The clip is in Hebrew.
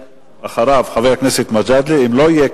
חלוקת ממון הוגנת),